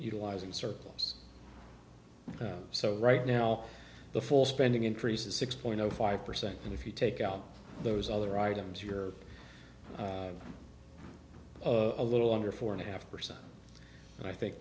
utilizing circles so right now the full spending increases six point zero five percent and if you take out those other items you're of a little under four and a half percent and i think